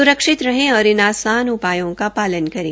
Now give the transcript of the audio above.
स्रक्षित रहें और इन आसान उपायों का पालन करें